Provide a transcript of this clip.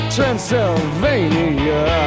Transylvania